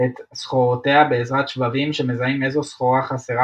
את סחורותיה בעזרת שבבים שמזהים איזו סחורה חסרה